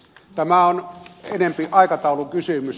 tämä on enempi aikataulukysymys